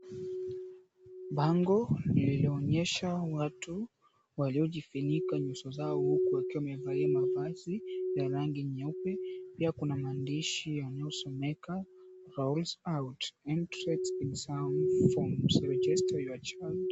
Bango lilionyesha watu waliojifunika nyuso zao huku wakiwa wamevaa mavazi ya rangi nyeupe. Pia kuna maandishi yanayosomeka, Rolls Out, Entrance Exams Forms, Register Your Child.